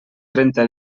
trenta